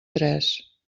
tres